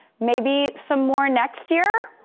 maybe some more next year?